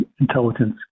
Intelligence